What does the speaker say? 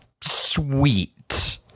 Sweet